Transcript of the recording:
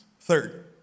Third